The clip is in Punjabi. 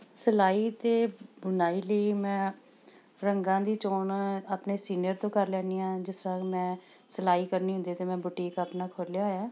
ਸਿਲਾਈ ਅਤੇ ਬੁਣਾਈ ਲਈ ਮੈਂ ਰੰਗਾਂ ਦੀ ਚੋਣ ਆਪਣੇ ਸੀਨੀਅਰ ਤੋਂ ਕਰ ਲੈਦੀ ਹਾਂ ਜਿਸ ਤਰ੍ਹਾਂ ਮੈਂ ਸਿਲਾਈ ਕਰਨੀ ਹੁੰਦੀ ਅਤੇ ਮੈਂ ਬੁਟੀਕ ਆਪਣਾ ਖੋਲ੍ਹਿਆ ਹੋਇਆ